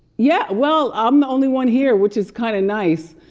yeah, well, i'm the only one here, which is kind of nice.